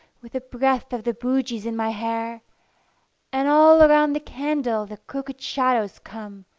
with the breath of the bogies in my hair and all around the candle the crooked shadows come,